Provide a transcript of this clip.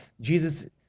Jesus